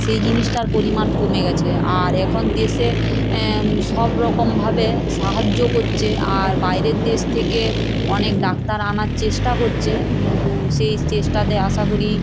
সেই জিনিসটার পরিমাণ কমে গেছে আর এখন দেশে সব রকমভাবে সাহায্য করছে আর বাইরের দেশ থেকে অনেক ডাক্তার আনার চেষ্টা করছে কিন্তু সেই চেষ্টাতে আশা করি